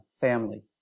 family